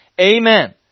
Amen